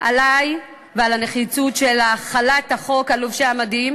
עלי ועל הנחיצות של החלת החוק על לובשי המדים,